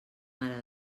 mare